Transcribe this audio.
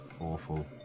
awful